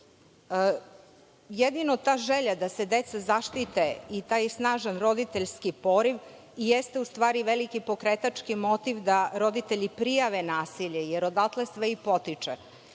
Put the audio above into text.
pomak. Jedino ta želja da se deca zaštite i taj snažan roditeljski poriv jeste u stvari veliki pokretački motiv da roditelji prijave nasilje, jer odatle sve i potiče